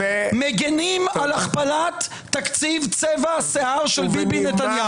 מגנים על הכפלת תקציב צבע השיער של ביבי נתניהו.